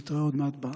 נתראה עוד מעט על הדוכן.